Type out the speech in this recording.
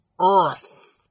earth